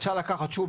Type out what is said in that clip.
אפשר לקחת שוב,